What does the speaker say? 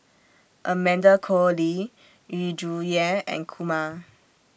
Amanda Koe Lee Yu Zhuye and Kumar